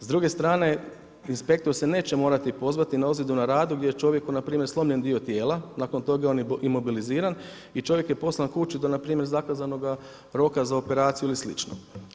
S druge strane inspektor se neće morati pozvati na ozljedu na radu gdje je čovjeku npr. slomljen dio tijela, nakon toga on je imobiliziran i čovjek je poslan kući da npr. zbog zakazanoga roka za operaciju i slično.